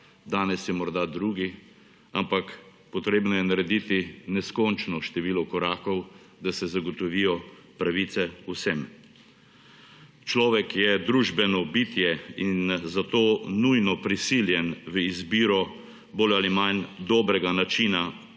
danes je morda drugi, ampak potrebno je narediti neskončno število korakov, da se zagotovijo pravice vsem. Človek je družbeno bitje in zato nujno prisiljen v izbiro bolj ali manj dobrega načina